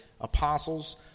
apostles